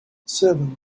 seven